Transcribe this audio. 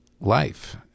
life